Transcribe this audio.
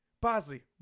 Bosley